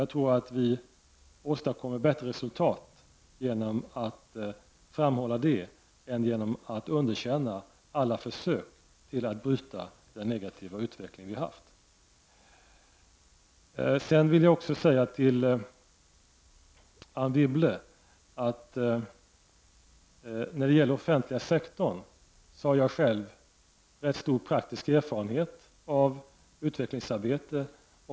Jag tror att vi åstadkommer bättre resultat genom att framhålla det än genom att underkänna alla försök att bryta den negativa utvecklingen. Jag vill vidare säga till Anne Wibble när det gäller den offentliga sektorn, att jag själv har rätt stor praktisk erfarenhet av utvecklingsarbete.